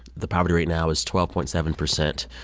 the poverty rate now is twelve point seven percent.